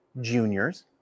juniors